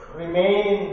remain